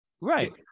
Right